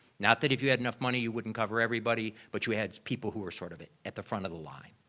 not that if you had enough money, you wouldn't cover everybody but you had people who were sort of at the front of the line,